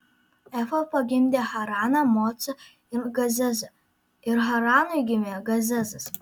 efa pagimdė haraną mocą ir gazezą ir haranui gimė gazezas